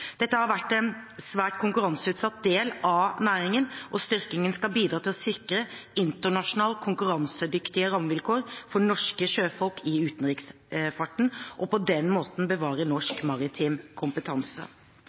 Dette har vært en svært konkurranseutsatt del av næringen, og styrkingen skal bidra til å sikre internasjonalt konkurransedyktige rammevilkår for norske sjøfolk i utenriksfarten og på den måten bevare